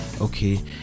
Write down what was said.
okay